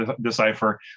Decipher